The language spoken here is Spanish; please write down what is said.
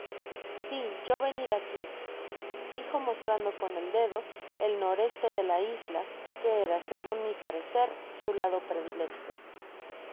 si yo venir aqui dijo mostrando con el dedo el n c de la isla que era segun mi parecer su lado predilecto